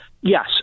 Yes